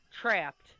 Trapped